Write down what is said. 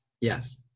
Yes